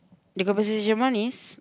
the compensation one is